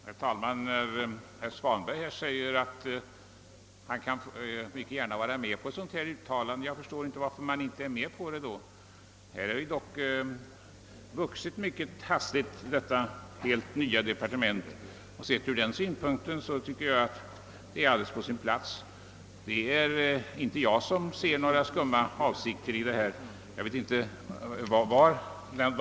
Herr talman! Det finns ingen anledning att fortsätta denna diskussion. Jag sade inte att jag är överens med herr Magnusson om det uttalande reservanterna önskar att riksdagen skall göra. Jag sade att vi är ense om hur dessa ärenden skall behandlas i sak. Riksdagen bör inte göra ett uttalande som liksom poängterar att därest uttalandet inte gjorts så skulle det kunna förekomma skumma ting.